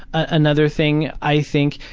another thing, i think,